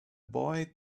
boy